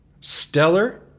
Stellar